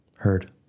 Heard